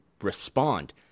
respond